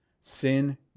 sin